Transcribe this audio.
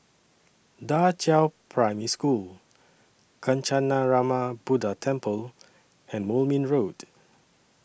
DA Qiao Primary School Kancanarama Buddha Temple and Moulmein Road